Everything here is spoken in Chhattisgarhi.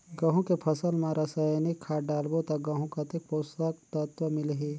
गंहू के फसल मा रसायनिक खाद डालबो ता गंहू कतेक पोषक तत्व मिलही?